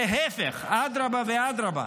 להפך, אדרבה ואדרבה.